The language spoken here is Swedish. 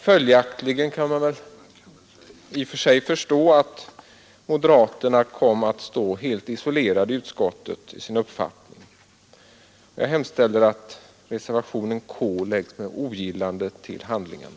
Följaktligen kan man förstå, att moderaterna kom att stå helt isolerade i sin uppfattning i utskottet. Jag hemställer att reservationen K läggs med ogillande till handlingarna.